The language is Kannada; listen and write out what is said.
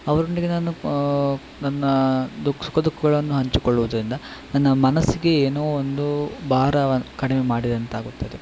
ಅವರೊಂದಿಗೆ ನಾನು ನನ್ನ ದುಃಖ ಸುಖ ದುಃಖಗಳನ್ನು ಹಂಚಿಕೊಳ್ಳುವುದರಿಂದ ನನ್ನ ಮನಸ್ಸಿಗೆ ಏನೋ ಒಂದು ಭಾರ ವಾ ಕಡಿಮೆ ಮಾಡಿದಂತಾಗುತ್ತದೆ